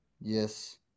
Yes